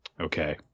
Okay